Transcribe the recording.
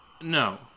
No